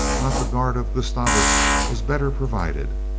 not the guard of gustavus was better provided.